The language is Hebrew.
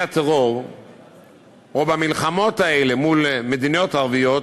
הטרור ובמלחמות האלה מול מדינות ערביות,